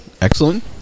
Excellent